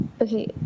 Okay